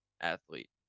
athlete